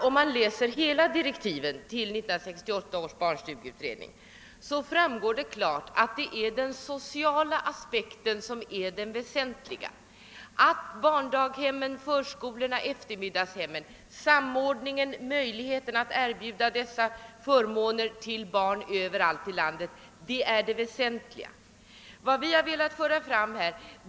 Om man läser hela direktiven till 1968 års barnstugeutredning framstår det klart att den sociala aspekten är den väsentliga: att verksamheten inom barndaghemmen, förskolorna och eftermiddagshemmen samordnas och att möjligheter bereds barn överallt i landet att komma i åtnjutande av dessa förmåner.